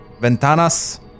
Ventanas